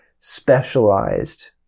specialized